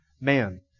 man